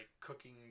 cooking